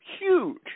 huge